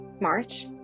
march